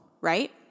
right